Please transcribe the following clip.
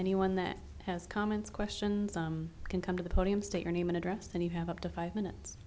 anyone that has comments questions can come to the podium state your name and address then you have up to five minutes